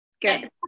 Good